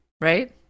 right